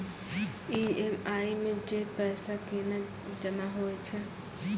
EMI मे जे पैसा केना जमा होय छै?